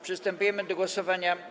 Przystępujemy do głosowania.